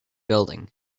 building